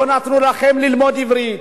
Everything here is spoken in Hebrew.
לא נתנו לכם ללמוד עברית,